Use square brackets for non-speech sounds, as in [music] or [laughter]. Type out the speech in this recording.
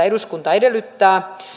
[unintelligible] eduskunta edellyttää